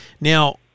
now